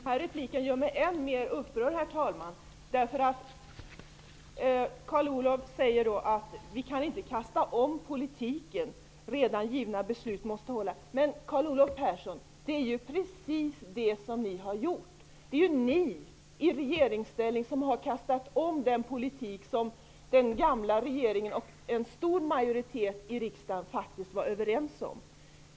Herr talman! Denna replik gör mig ännu mer upprörd. Carl Olov Persson säger att vi inte skall kasta om politiken; vi måste stå fast vid redan givna beslut. Det är ju precis det ni har gjort. Det är ni i regeringsställning som har kastat om den politik som den gamla regeringen och en stor majoritet i riksdagen faktiskt var överens om.